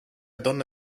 donne